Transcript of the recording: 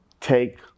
take